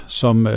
som